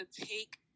take